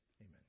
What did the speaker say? amen